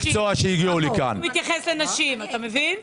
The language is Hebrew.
כך הוא מתייחס לנשים, אתה מבין?